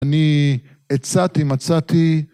אני הצעתי מצאתי